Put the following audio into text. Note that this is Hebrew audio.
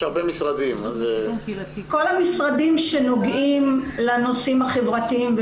כל המשרדים שנוגעים לנושאים החברתיים.